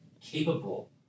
capable